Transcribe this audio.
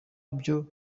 byo